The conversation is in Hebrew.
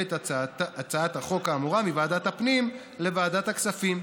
את הצעת החוק האמורה מוועדת הפנים לוועדת הכספים.